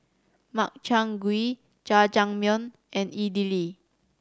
Makchang Gui Jajangmyeon and Idili